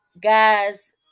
guys